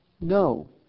No